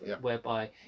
whereby